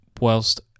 whilst